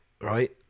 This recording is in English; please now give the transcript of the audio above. right